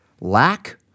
Lack